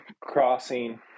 crossing